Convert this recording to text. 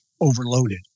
overloaded